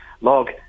log